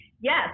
yes